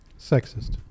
Sexist